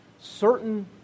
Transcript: certain